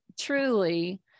truly